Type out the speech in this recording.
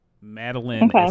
Madeline